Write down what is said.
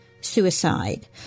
suicide